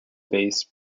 based